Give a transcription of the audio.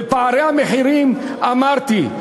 ופערי המחירים, אמרתי,